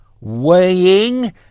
weighing